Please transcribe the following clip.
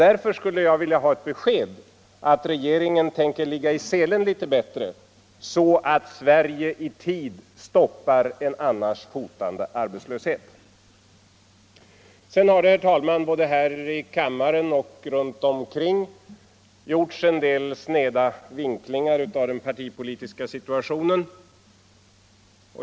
Därför skulle jag vilja ha ett besked att regeringen tänker ligga i selen litet bättre, så att vi i tid stoppar en annars hotande arbetslöshet. Sedan har det, herr talman, både här i kammaren och runt omkring gjorts en del sneda vinklingar av den partipolitiska situationen.